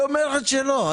היא אומרת שלא.